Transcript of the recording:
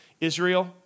Israel